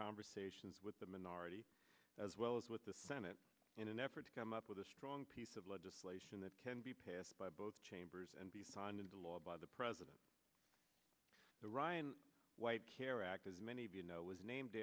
conversations with the minority as well as with the senate in an effort to come up with a strong piece of legislation that can be passed by both chambers and be signed into law by the president the ryan white care act as many of you know was named